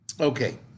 Okay